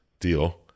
deal